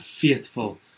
faithful